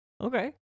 Okay